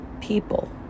people